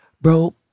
Bro